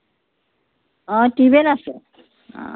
অঁ ট্ৰিউ বেল আছে